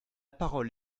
parole